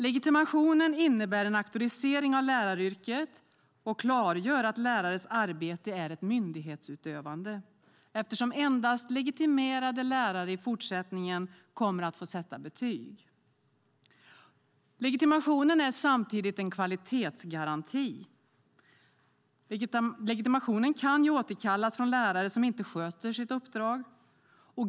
Legitimationen innebär en auktorisering av läraryrket och klargör att lärares arbete är ett myndighetsutövande eftersom endast legitimerade lärare i fortsättningen kommer att få sätta betyg. Legitimationen är samtidigt en kvalitetsgaranti. Legitimationen kan återkallas från lärare som inte sköter sitt uppdrag.